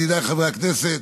ידידיי חברי הכנסת,